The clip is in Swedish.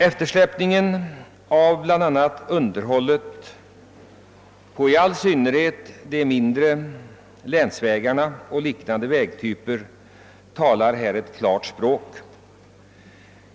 Eftersläpningen av bl.a. underhållet av i all synnerhet de mindre länsvägarna och liknande vägtyper talar ett klart språk.